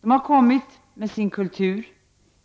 De har kommit med sin kultur,